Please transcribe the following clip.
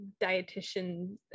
dietitian